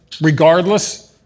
regardless